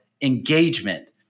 engagement